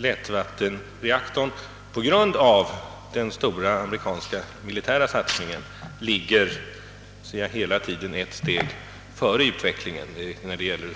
Lättvattenreaktorn ligger på grund av den kraftiga amerikanska militära satsningen hela tiden ett steg före i utvecklingen då det gäller